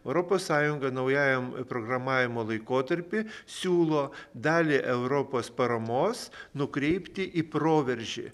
europos sąjunga naujajam programavimo laikotarpy siūlo dalį europos paramos nukreipti į proveržį